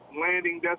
landing